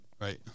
Right